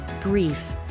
grief